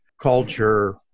culture